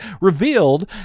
revealed